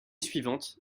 suivante